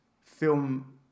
film